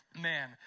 Man